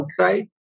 outside